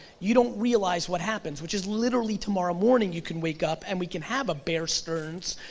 you don't realize what happens. which is literally tomorrow morning you can wake up and we can have a bear stearns,